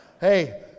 hey